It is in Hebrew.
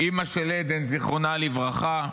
אימא של עדן, זיכרונה לברכה,